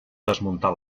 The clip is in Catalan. desmuntar